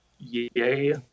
yay